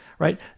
Right